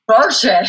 bullshit